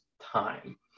time